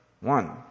One